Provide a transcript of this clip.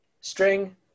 string